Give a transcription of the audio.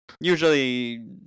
usually